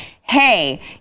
hey